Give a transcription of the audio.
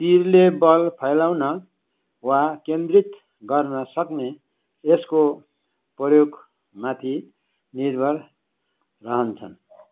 तीरले बल फैलाउन वा केन्द्रित गर्नसक्ने यसको प्रयोगमाथि निर्भर रहन्छ